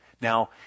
now